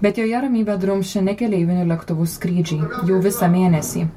bet joje ramybę drumsčia ne keleivinių lėktuvų skrydžiai jau visą mėnesį